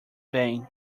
vain